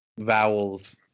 vowels